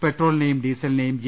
പെട്രോളിനെയും ഡീസലിനെയും ജി